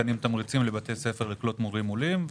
ניתנים תמריצים לבתי ספר לקלוט מורים עולים.